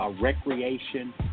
recreation